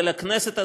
ולכנסת הזאת,